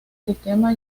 sistema